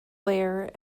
layer